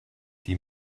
die